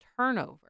turnover